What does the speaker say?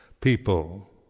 people